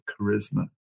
charisma